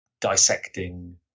dissecting